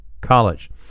college